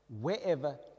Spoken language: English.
wherever